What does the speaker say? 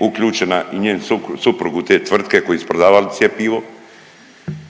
uključena i njen suprug u te tvrtke koji su prodavali cjepivo